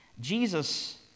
Jesus